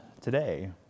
today